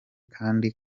kandi